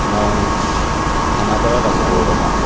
মই খানাপাৰাত আছোঁ বৰ্তমান